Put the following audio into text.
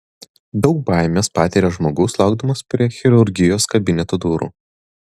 daug baimės patiria žmogus laukdamas prie chirurgijos kabineto durų